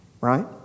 Right